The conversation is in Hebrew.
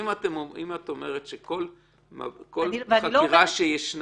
אם את אומרת שכל חקירה שיש,